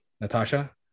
Natasha